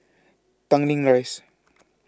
Tanglin Rise